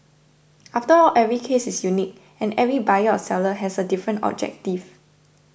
after all every case is unique and every buyer or seller has a different objective